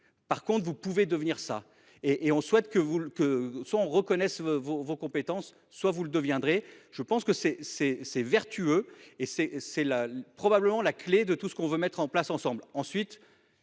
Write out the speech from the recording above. Par contre, vous pouvez devenir ça et et on souhaite que vous que son reconnaissent vos, vos compétences, soit vous le deviendrez, je pense que c'est c'est c'est vertueux et c'est c'est là probablement la clé de tout ce qu'on veut mettre en place ensemble